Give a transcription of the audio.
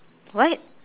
what